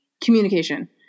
communication